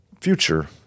future